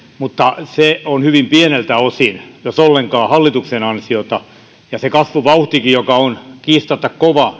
mutta se on hyvin pieneltä osin jos ollenkaan hallituksen ansiota se kasvuvauhtikin on kiistatta kova